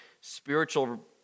spiritual